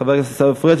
חבר הכנסת עיסאווי פריג',